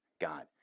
God